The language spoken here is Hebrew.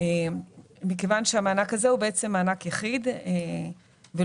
מכיוון שהמענק הזה הוא מענק יחיד ולא